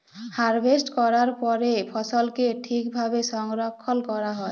harvest ক্যরার পরে ফসলকে ঠিক ভাবে সংরক্ষল ক্যরা হ্যয়